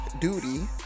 duty